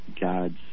God's